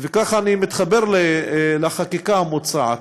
וככה אני מתחבר לחקיקה המוצעת,